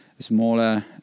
smaller